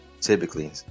typically